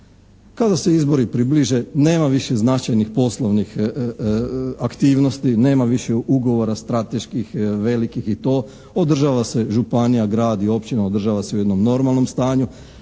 Kada se izbori približe nema više značajnih poslovnih aktivnosti, nema više ugovora strateških, velikih i to, održava se županija, grad i općina u jednom normalnom stanju,